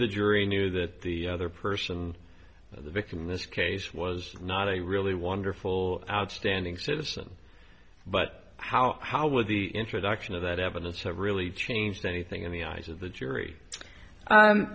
the jury knew that the other person the victim in this case was not a really wonderful outstanding citizen but how how would the introduction of that evidence have really changed anything in the eyes of the jury